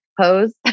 pose